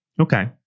Okay